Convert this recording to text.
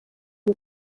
uyu